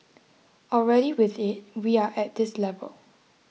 already with it we are at this level